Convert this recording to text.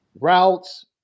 routes